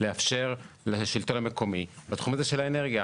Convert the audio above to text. לאפשר לשלטון המקומי בתחום הזה של האנרגיה.